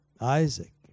Isaac